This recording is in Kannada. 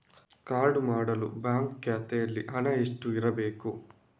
ಕಾರ್ಡು ಮಾಡಲು ಬ್ಯಾಂಕ್ ಖಾತೆಯಲ್ಲಿ ಹಣ ಎಷ್ಟು ಇರಬೇಕು?